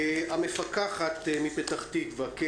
המפקחת על